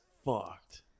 fucked